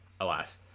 Alas